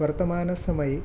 वर्तमानसमये